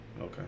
Okay